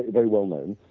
very well known.